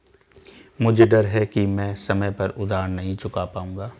मुझे डर है कि मैं समय पर उधार नहीं चुका पाऊंगा